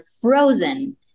frozen